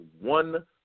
one